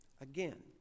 Again